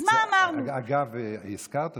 אז מה אמרנו, אגב, הזכרת אותם.